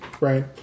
Right